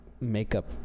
makeup